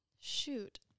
Shoot